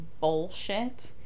bullshit